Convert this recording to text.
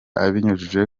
abinyujije